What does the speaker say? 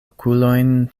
okulojn